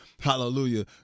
hallelujah